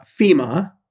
FEMA